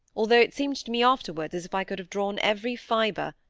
although it seemed to me afterwards as if i could have drawn every fibre,